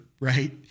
right